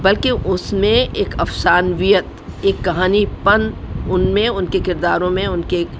بلکہ اس میں ایک افسانویت ایک کہانی پن ان میں ان کے کرداروں میں ان کے